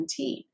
2017